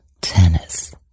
Tennis